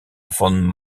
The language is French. von